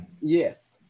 Yes